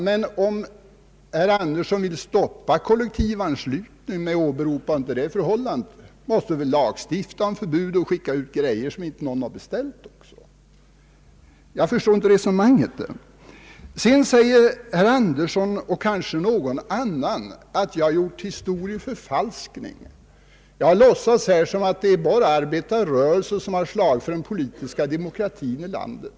Men om herr Andersson vill stoppa kollektivanslutningen under åberopande av det förhållandet, då måste vi också lagstifta mot att skicka ut grejor som inte någon har beställt. Jag förstår inte resonemanget. Sedan säger herr Andersson och kanske någon annan att jag gjort historie förfalskning. Jag har låtsats här att det bara är arbetarrörelsen som slagits för den politiska demokratin i landet.